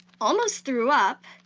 almost threw up,